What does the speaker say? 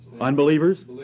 Unbelievers